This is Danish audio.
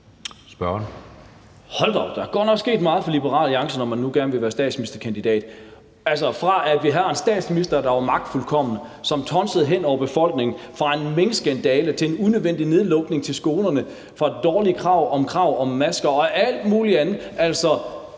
Hold da op, der er godt nok sket meget for Liberal Alliance, fordi man gerne vil gå efter statsministerposten. Vi har en statsminister, der var magtfuldkommen, som tonsede hen over befolkningen med alt fra en minkskandale til en unødvendig nedlukning af skolerne, dårlige krav om masker og alt muligt andet.